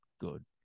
good